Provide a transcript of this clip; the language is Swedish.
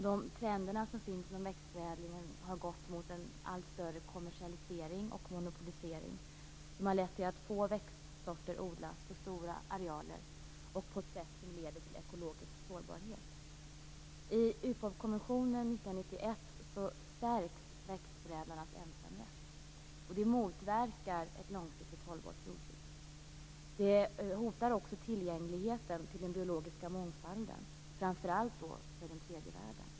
De trender som råder inom växtförädlingen har gått mot en allt större kommersialisering och monopolisering, vilket har lett till att få växtsorter odlas på stora arealer på ett sätt som leder till ekologisk sårbarhet. I UPOV-konventionen från 1991 stärks växtförädlarnas ensamrätt. Det motverkar ett långsiktigt hållbart jordbruk. Det hotar också tillgängligheten till den biologiska mångfalden, framför allt för tredje världen.